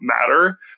matter